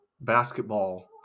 Basketball